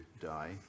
die